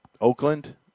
Oakland